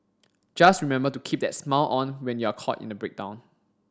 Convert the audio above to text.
just remember to keep that smile on when you're caught in a breakdown